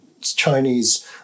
Chinese